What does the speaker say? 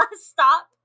stop